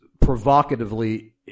provocatively